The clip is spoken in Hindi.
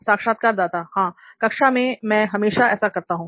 साक्षात्कारदाता हां कक्षा में मैं हमेशा ऐसा करता हूं